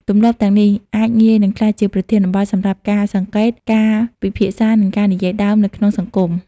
ទម្លាប់ទាំងនេះអាចងាយនឹងក្លាយជាប្រធានបទសម្រាប់ការសង្កេត ការពិភាក្សា និងការនិយាយដើមនៅក្នុងសង្គម។